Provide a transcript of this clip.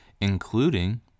including